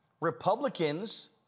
Republicans